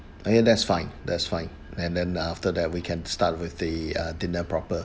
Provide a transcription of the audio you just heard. ah yeah that's fine that's fine and then after that we can start with the uh dinner proper